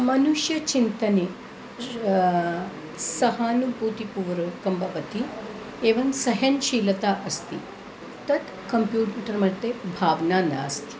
मनुष्यचिन्तने सहानुभूतिपूर्वकं भवति एवं सहनशीलता अस्ति तत् कम्प्यूटर्मध्ये भावना नास्ति